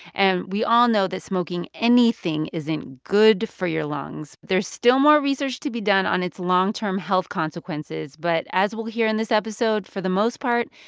and we all know that smoking anything isn't good for your lungs. there's still more research to be done on its long-term health consequences. but as we'll hear in this episode, for the most part,